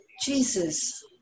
Jesus